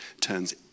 turns